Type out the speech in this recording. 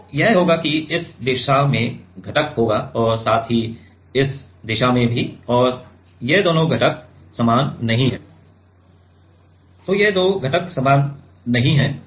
तो यह होगा कि इस दिशा में घटक होगाऔर साथ ही इस दिशा में भी और ये दो घटक समान नहीं हैं